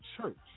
church